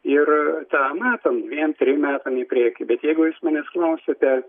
ir tą matom dviem trim metam į priekį bet jeigu jūs manęs klausiate